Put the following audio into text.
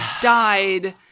died